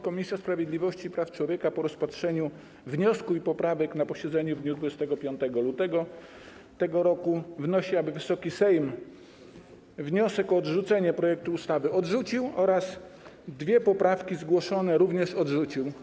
Komisja Sprawiedliwości i Praw Człowieka po rozpatrzeniu wniosku i poprawek na posiedzeniu w dniu 25 lutego tego roku wnosi, aby Wysoki Sejm wniosek o odrzucenie projektu ustawy odrzucił oraz dwie zgłoszone poprawki również odrzucił.